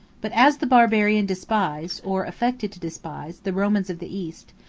but as the barbarian despised, or affected to despise, the romans of the east,